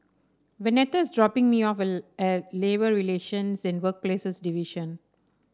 Waneta is dropping me off at Labour Relations and Workplaces Division